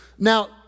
Now